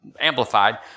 amplified